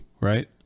right